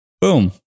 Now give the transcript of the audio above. boom